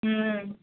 ம்